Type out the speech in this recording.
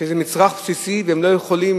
זה מצרך בסיסי, והם לא יכולים